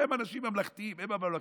הם אנשים ממלכתיים, הם הממלכתיות.